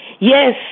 Yes